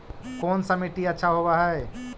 कोन सा मिट्टी अच्छा होबहय?